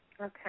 Okay